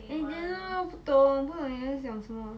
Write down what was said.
I don't know 不懂不懂你在讲什么